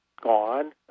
gone